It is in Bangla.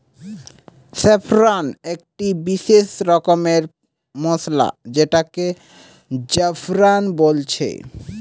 স্যাফরন একটি বিসেস রকমের মসলা যেটাকে জাফরান বলছে